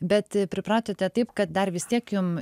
bet pripratote taip kad dar vis tiek jum